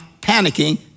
Panicking